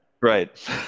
right